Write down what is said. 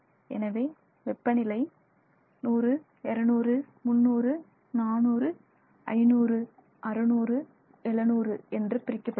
எனவே வெப்பநிலை 100 200 300 400 500 600 700 என்று பிரிக்கபடுகிறது